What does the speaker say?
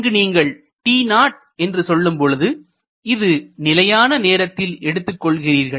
இங்கு நீங்கள் t0 என்று சொல்லும்பொழுது இது நிலையான நேரத்தில் எடுத்துக் கொள்கிறீர்கள்